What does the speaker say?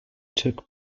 took